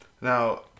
Now